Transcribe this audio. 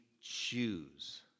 choose